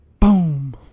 Boom